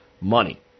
money